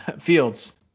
Fields